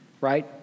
right